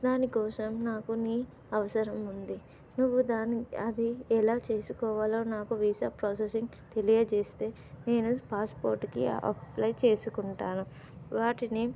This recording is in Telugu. దానికోసం నాకు నీ అవసరం ఉంది నువ్వు దాని అది ఎలా చేసుకోవాలో నాకు వీసా ప్రాసెసింగ్ తెలియజేస్తే నేను పాస్పోర్ట్కి అప్లై చేసుకుంటాను వాటిని